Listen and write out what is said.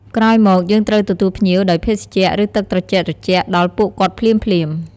ក្រោយមកយើងត្រូវទទួលភ្ញៀវដោយ ភេសជ្ជៈ ឬទឹកត្រជាក់ៗ ដល់ពួកគាត់ភ្លាមៗ។